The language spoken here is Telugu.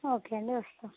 ఓకే అండి వస్తాం